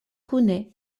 kune